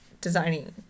designing